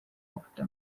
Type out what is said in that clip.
ohtu